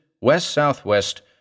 west-south-west